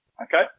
Okay